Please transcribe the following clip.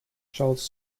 charles